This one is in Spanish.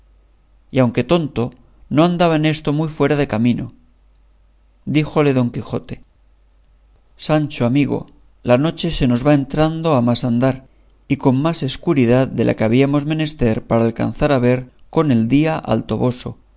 y aunque tonto no andaba en esto muy fuera de camino díjole don quijote sancho amigo la noche se nos va entrando a más andar y con más escuridad de la que habíamos menester para alcanzar a ver con el día al